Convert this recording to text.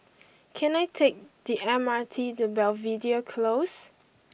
can I take the M R T to Belvedere Close